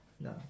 No